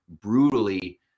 brutally